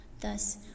Thus